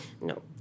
No